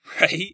Right